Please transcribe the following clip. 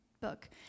book